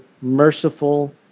merciful